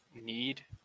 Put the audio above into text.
need